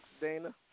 Dana